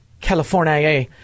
california